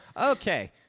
Okay